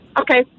okay